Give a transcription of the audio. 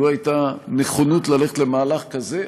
לו הייתה נכונות ללכת למהלך כזה,